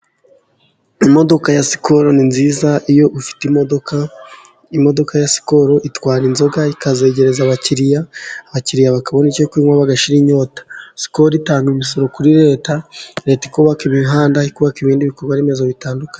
Imodoka ya Sikoro ni nziza. Iyo ufite imodoka. Imodoka ya Sikoro itwara inzoga ikazegereza abakiriya. Abakiriya bo bakabona icyo kunywa bagashira inyota, Sikoro itanga imisoro kuri Leta, Leta ikubaka imihanda, ikubaka ibindi bikorwaremezo bitandukanye.